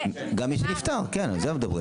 גם מי שנפטר, כן, על זה מדברים.